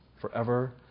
forever